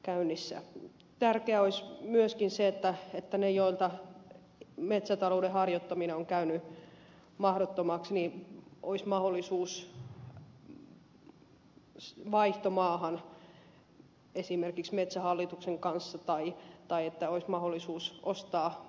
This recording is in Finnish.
tärkeää olisi myöskin se että niillä joille metsätalouden harjoittaminen on käynyt mahdottomaksi olisi mahdollisuus vaihtomaahan esimerkiksi metsähallituksen kanssa tai mahdollisuus ostaa maita